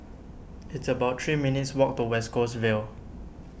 it's about three minutes' walk to West Coast Vale